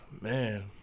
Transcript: man